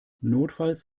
notfalls